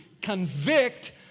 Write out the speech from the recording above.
Convict